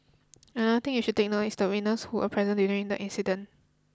another thing you should take note is the witness who were present during the incident